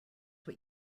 what